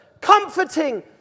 Comforting